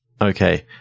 Okay